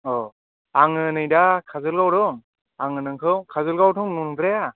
औ आङो नै दा काजलगाव आव दं आङो नोंखौ काजलगावथ' नंद्राया